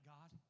God